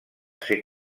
ser